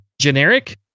generic